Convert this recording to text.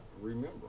remember